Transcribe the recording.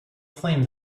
flame